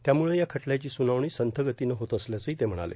त्यामुळं या खटल्याची सुनावणी संथ गतीनं होत असल्याचंही ते म्हणाले